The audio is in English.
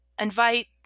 invite